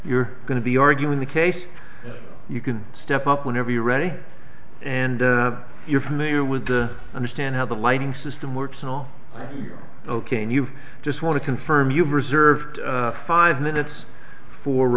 you're going to be arguing the case you can step up whenever you're ready and you're familiar with the understand how the lighting system works and all ok and you just want to confirm you've reserved five minutes for